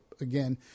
again